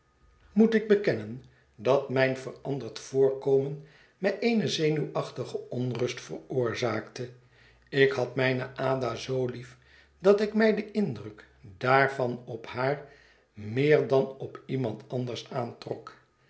moet ik bekenhet verlaten huis nen dat mijn veranderd voorkomen mij eene zenuwachtige onrust veroorzaakte ik had mijne ada zoo lief dat ik mij den indruk daarvan op haar meer dan op iemand anders aantrok